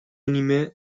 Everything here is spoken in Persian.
نیمه